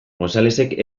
gonzalezek